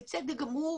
בצדק גמור,